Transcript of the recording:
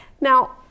now